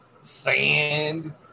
sand